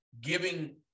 giving